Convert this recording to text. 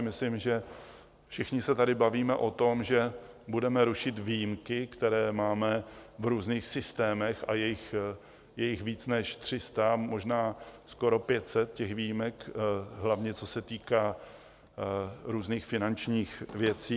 Myslím si, že všichni se tady bavíme o tom, že budeme rušit výjimky, které máme v různých systémech, a jejich víc než tři sta, možná skoro pět set, těch výjimek, hlavně co se týká různých finančních věcí.